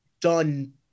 done